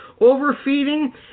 overfeeding